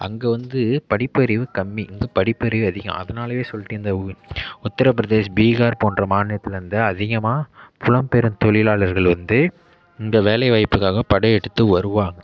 அங்கே வந்து படிப்பறிவு கம்மி இங்கே படிப்பறிவு அதிகம் அதனாலேயே சொல்லிட்டு இந்த உத்திரபிரதேஷ் பீகார் போன்ற மாநிலத்தில் வந்து அதிகமாக புலம் பெரும் தொழிலாளர்கள் வந்து இந்த வேலை வாய்ப்புக்காக படையெடுத்து வருவாங்க